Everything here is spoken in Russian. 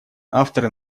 авторы